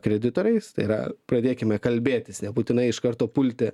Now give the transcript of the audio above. kreditoriais tai yra pradėkime kalbėtis nebūtinai iš karto pulti